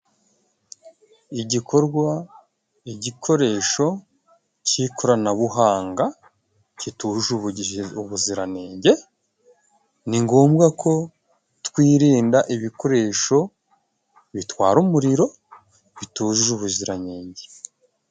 Igikorwa, igikoresho cy'ikoranabuhanga kitujuje ubuziranenge, ni ngombwa ko twirinda ibikoresho bitwara umuriro bitujuje ubuziranenge.